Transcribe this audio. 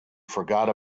forgot